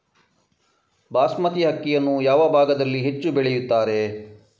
ಬಾಸ್ಮತಿ ಅಕ್ಕಿಯನ್ನು ಯಾವ ಭಾಗದಲ್ಲಿ ಹೆಚ್ಚು ಬೆಳೆಯುತ್ತಾರೆ?